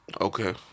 Okay